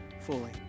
fully